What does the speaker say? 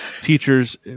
teachers